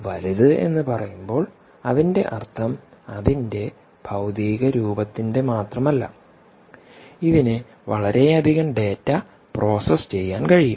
വലുത് എന്ന് പറയുമ്പോൾ അതിന്റെ അർത്ഥം അതിന്റെ ഭൌതിക രൂപത്തിന്റെ മാത്രമല്ല ഇതിന് വളരെയധികം ഡാറ്റ പ്രോസസ്സ് ചെയ്യാൻ കഴിയും